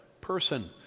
person